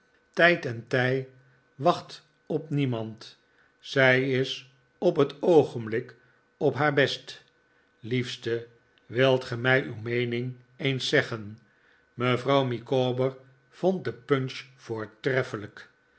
tijd en tij wacht op niemand zij is op het oogenblik op haar best liefste wilt ge mij uw meening eens zeggen mevrouw micawber vond de punch voortreffelijk